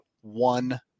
one